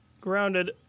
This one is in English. grounded